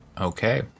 okay